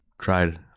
tried